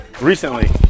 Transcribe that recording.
recently